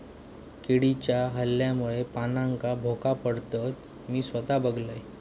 किडीच्या हल्ल्यामुळे पानांका भोका पडतत, मी स्वता बघलंय